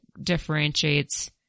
differentiates